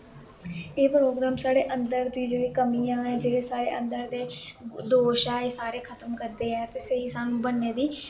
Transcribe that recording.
एह् प्रोग्राम साढ़े अन्दर दियां कमियां साढ़े अन्दर दे दोश ऐ एह् सारे खत्म करदे ऐ ते स्हेई स्हानू बनने दी